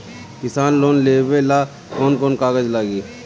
किसान लोन लेबे ला कौन कौन कागज लागि?